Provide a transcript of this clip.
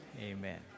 Amen